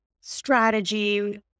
strategy